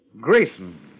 Grayson